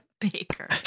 Baker